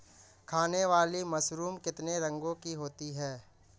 खाने वाली मशरूम कितने रंगों की होती है?